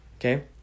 Okay